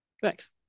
Thanks